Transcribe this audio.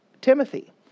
Timothy